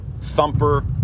thumper